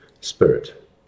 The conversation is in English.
spirit